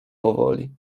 powoli